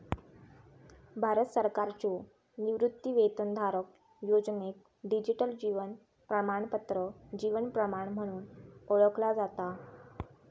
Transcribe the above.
भारत सरकारच्यो निवृत्तीवेतनधारक योजनेक डिजिटल जीवन प्रमाणपत्र जीवन प्रमाण म्हणून ओळखला जाता